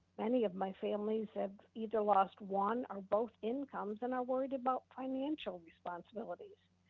many of my families have either lost one or both incomes and are worried about financial responsibilities.